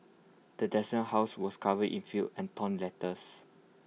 the desolated house was covered in filth and torn letters